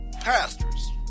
Pastors